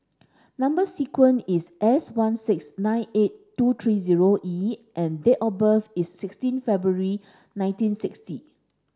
number sequence is S one six nine eight two three zero E and date of birth is sixteen February nineteen sixty